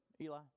eli